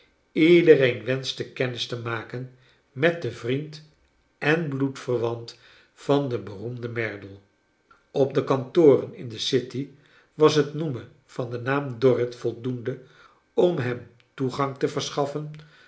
iedereen wenschte kennis te maken met den vriend en bloedverwant van den beroemden merdle op de kantoren in de city was het noemen van den naam dorrit voldoende om hem toegang te verschaffen